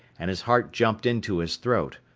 and his heart jumped into his throat.